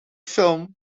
film